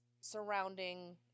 surrounding